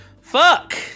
Fuck